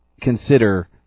consider